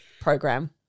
program